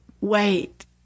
Wait